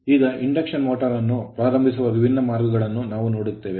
ಈಗ induction motor ಅನ್ನು ಪ್ರಾರಂಭಿಸುವ ವಿಭಿನ್ನ ಮಾರ್ಗಗಳನ್ನು ನಾವು ನೋಡುತ್ತೇವೆ